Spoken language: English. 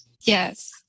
Yes